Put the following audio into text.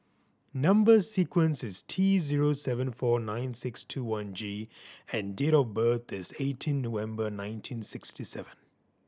number sequence is T zero seven four nine six two one G and date of birth is eighteen November nineteen sixty seven